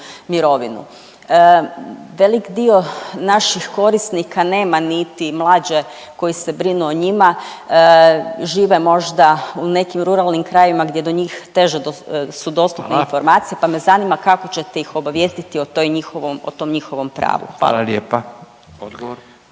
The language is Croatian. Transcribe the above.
mirovinu. Velik dio naših korisnika nema niti mlađe koji se brinu o njima, žive možda u nekim ruralnim krajevima gdje do njih teže su dostupne informacije **Radin, Furio (Nezavisni)** …/Upadica Radin: Hvala./…